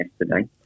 yesterday